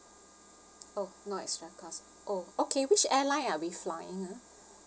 oh no extra cost oh okay which airline are we flying ah